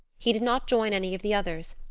he did not join any of the others,